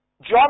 John